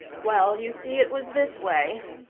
well, you see, it was this way,